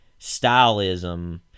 stylism